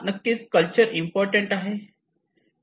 नक्कीच culture important आहे